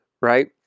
right